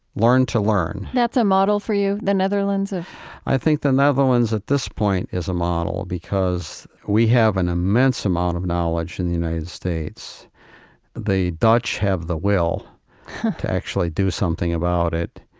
learn to learn that's a model for you, the netherlands? i think the netherlands at this point is a model because we have an immense amount of knowledge in the united states the dutch have the will to actually do something about it,